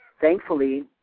thankfully